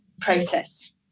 process